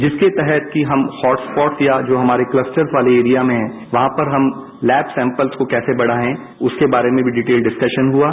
जिसके तहत हम हॉटस्पॉट या जो हमारे क्लस्टर्स वाले एरिया में वहां पर हम लैब सैम्पल्स को कैसे बढ़ायें उसके बारे में भी डिटेल डिस्कशन हुआ